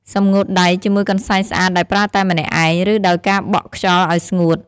សម្ងួតដៃ ជាមួយកន្សែងស្អាតដែលប្រើតែម្នាក់ឯង ឬដោយការបក់ខ្យល់ឱ្យស្ងួត។